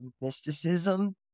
mysticism